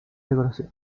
decoración